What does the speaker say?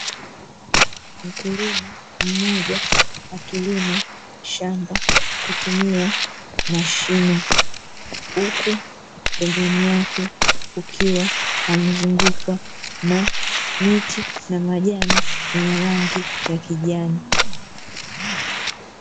Mkulima mmoja akilima shamba kutumia mashine, huku pembeni yake kukiwa amezungukwa na miche na majani yenye rangi ya kijani.